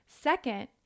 Second